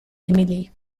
émilie